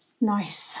nice